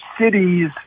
cities